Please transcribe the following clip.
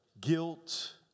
guilt